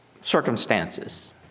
circumstances